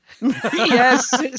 Yes